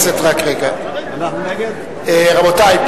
רבותי,